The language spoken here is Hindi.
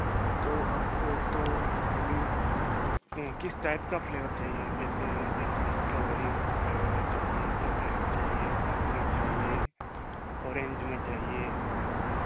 तो आपको एक तो आइ मीन कै किस टाइप का फ्लेवर चाहिए जैसे जैसे इस्ट्रोबेरी फ्लेवर में चाहिए चॉकलेट चाहिए ब्राउनी चाहिए ऑरेंज में चाहिए